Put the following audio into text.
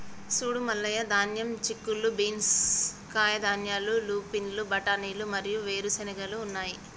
సూడు మల్లయ్య ధాన్యం, చిక్కుళ్ళు బీన్స్, కాయధాన్యాలు, లూపిన్లు, బఠానీలు మరియు వేరు చెనిగెలు ఉన్నాయి